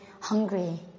hungry